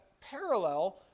parallel